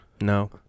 No